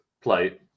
play